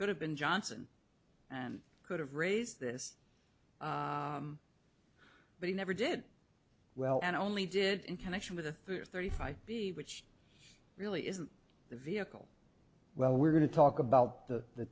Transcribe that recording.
could have been johnson and could have raised this but he never did well and only did in connection with a third thirty five b which really isn't the vehicle well we're going to talk about the